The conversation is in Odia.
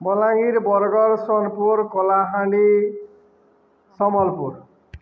ବଲାଙ୍ଗୀର ବରଗଡ଼ ସୋନପୁର କଳାହାଣ୍ଡି ସମ୍ବଲପୁର